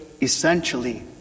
essentially